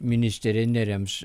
ministerė nerems